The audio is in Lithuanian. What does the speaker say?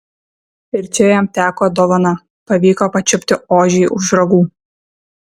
ir čia jam teko dovana pavyko pačiupti ožį už ragų